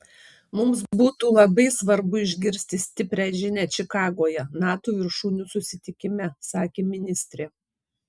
mums būtų labai svarbu išgirsti stiprią žinią čikagoje nato viršūnių susitikime sakė ministrė